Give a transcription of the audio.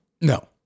no